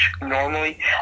normally